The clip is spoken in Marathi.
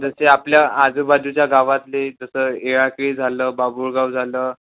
जसे आपल्या आजूबाजूच्या गावातले जसं एळाकेळी झालं बाभूळगाव झालं